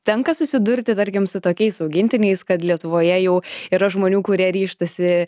tenka susidurti tarkim su tokiais augintiniais kad lietuvoje jau yra žmonių kurie ryžtasi